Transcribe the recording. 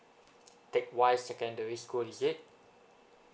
teck whye secondary school is it